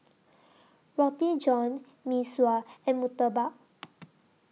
Roti John Mee Sua and Murtabak